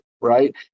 Right